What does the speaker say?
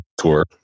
tour